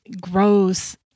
grows